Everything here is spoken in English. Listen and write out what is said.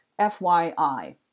FYI